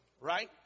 right